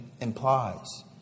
implies